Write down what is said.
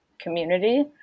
community